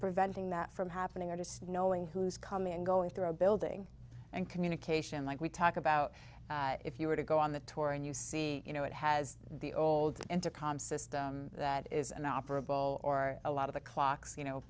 preventing that from happening or just knowing who's coming and going through a building and communication like we talk about if you were to go on the tour and you see you know it has the old intercom system that is an operable or a lot of the clocks you know